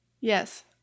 Yes